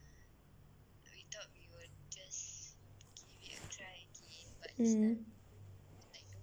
mm